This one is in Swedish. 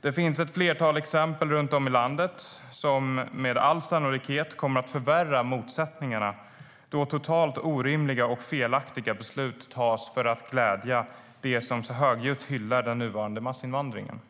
Det finns ett flertal exempel runt om i landet på sådant som med all sannolikhet kommer att förvärra motsättningarna, då totalt orimliga och felaktiga beslut tas för att glädja dem som så högljutt hyllar den nuvarande massinvandringen.